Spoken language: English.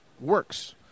works